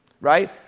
right